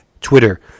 Twitter